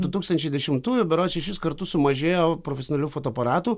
du tūkstančiai dešimtųjų berods šešis kartus sumažėjo profesionalių fotoaparatų